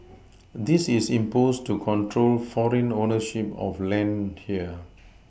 this is imposed to control foreign ownership of land here